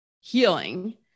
healing